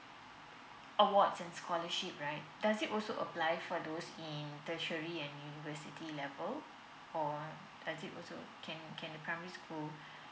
awards and scholarship right does it also apply for those in tertiary and university level or does it also can can the primary school